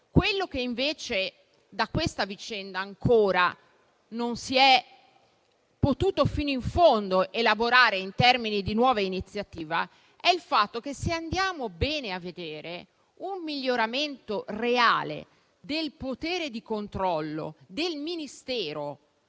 Quello che invece da questa vicenda ancora non si è potuto elaborare fino in fondo in termini di nuova iniziativa è il fatto che, se andiamo a vedere bene, un miglioramento reale del potere di controllo del Ministero